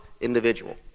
individual